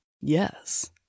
yes